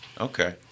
Okay